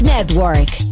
Network